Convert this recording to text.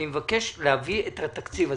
אני מבקש להביא את התקציב הזה.